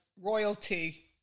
royalty